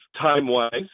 time-wise